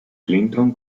clinton